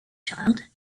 child